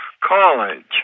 college